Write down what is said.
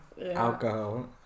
alcohol